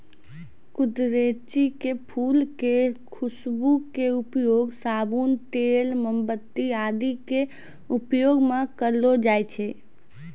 गुदरैंची के फूल के खुशबू के उपयोग साबुन, तेल, मोमबत्ती आदि के उपयोग मं करलो जाय छै